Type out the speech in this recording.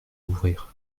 ouvrir